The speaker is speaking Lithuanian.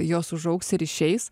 jos užaugs ir išeis